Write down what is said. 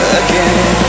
again